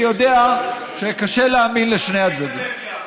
אני יודע שקשה להאמין לשני הצדדים.